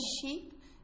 sheep